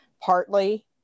partly